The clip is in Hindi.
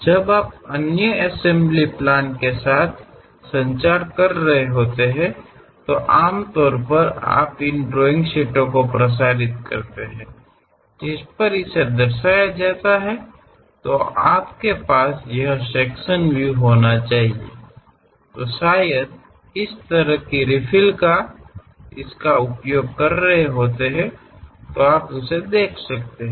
जब आप अन्य एसम्ब्ली प्लान के साथ संचार कर रहे होते हैं तो आमतौर पर आप इन ड्राइंग शीटों को प्रसारित करते हैं जिस पर इसे दर्शाया जाता है तो आपके पास यह सेक्शन व्यू होना चाहिए तो शायद इस तरह की रीफिल इसका उपयोग कर रहे हो तो आप उसे देख सकते हो